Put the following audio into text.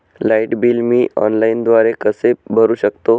Light bill मी ऑनलाईनद्वारे कसे भरु शकतो?